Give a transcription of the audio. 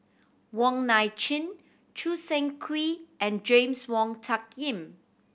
Wong Nai Chin Choo Seng Quee and James Wong Tuck Yim